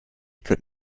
could